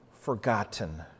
Forgotten